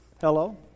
Hello